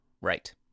Right